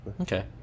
Okay